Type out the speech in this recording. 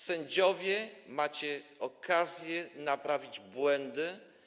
Sędziowie, macie okazję naprawić błędy.